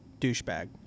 douchebag